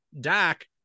Dak